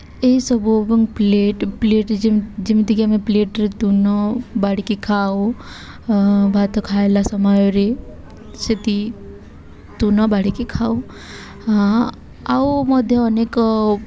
ଏଇସବୁ ଏବଂ plate plate ଯେ ଯେମିତିକି ଆମେ ପ୍ଲେଟ୍ରେ ତୂନ ବାଢ଼ିକି ଖାଉ ଭାତ ଖାଇଲା ସମୟରେ ସେଇଠି ତୂନ ବାଢ଼ିକି ଖାଉ ଆଉ ମଧ୍ୟ ଅନେକ